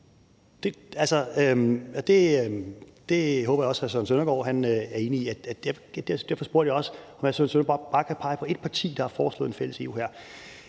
Det håber jeg også at hr. Søren Søndergaard er enig i. Derfor spurgte jeg også, om hr. Søren Søndergaard bare kan pege på ét parti, der har foreslået en fælles EU-hær.